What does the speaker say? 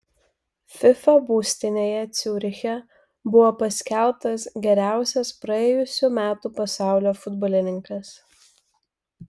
fifa būstinėje ciuriche buvo paskelbtas geriausias praėjusių metų pasaulio futbolininkas